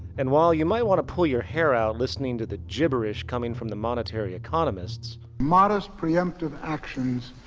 and while you might want to pull your hair out listening to the gibberish coming from the monetary economists modest preemptive actions,